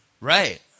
Right